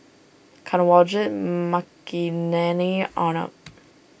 Kanwaljit Makineni Arnab